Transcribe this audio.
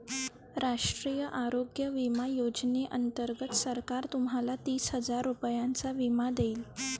राष्ट्रीय आरोग्य विमा योजनेअंतर्गत सरकार तुम्हाला तीस हजार रुपयांचा विमा देईल